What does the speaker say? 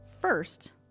First